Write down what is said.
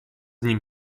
nim